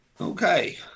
Okay